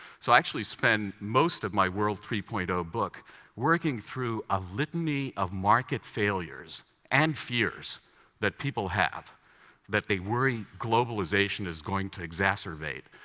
so i actually spend most of my world three point zero ah book working through a litany of market failures and fears that people have that they worry globalization is going to exacerbate.